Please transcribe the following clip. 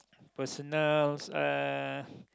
personals uh